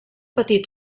petit